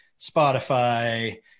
Spotify